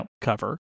cover